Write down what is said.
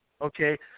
okay